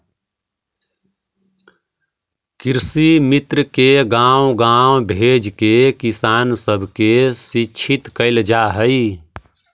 कृषिमित्र के गाँव गाँव भेजके किसान सब के शिक्षित कैल जा हई